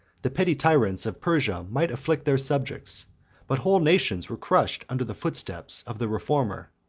the petty tyrants of persia might afflict their subjects but whole nations were crushed under the footsteps of the reformer.